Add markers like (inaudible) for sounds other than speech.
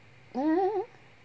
(laughs)